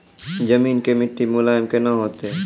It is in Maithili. जमीन के मिट्टी मुलायम केना होतै?